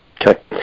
Okay